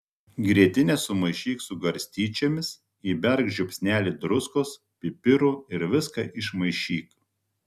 grietinę sumaišyk su garstyčiomis įberk žiupsnelį druskos pipirų ir viską išmaišyk